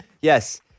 Yes